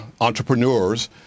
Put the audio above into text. entrepreneurs